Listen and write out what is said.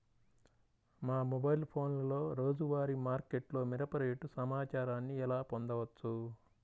మా మొబైల్ ఫోన్లలో రోజువారీ మార్కెట్లో మిరప రేటు సమాచారాన్ని ఎలా పొందవచ్చు?